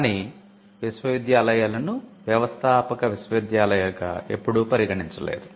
కాని విశ్వవిద్యాలయాలను 'వ్యవస్థాపక విశ్వవిద్యాలయాలు'గా ఎప్పుడూ పరిగణించలేదు